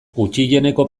gutxieneko